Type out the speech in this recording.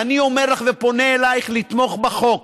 ואני אומר לך ופונה אלייך לתמוך בחוק.